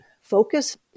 focus